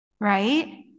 Right